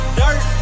dirt